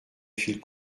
fil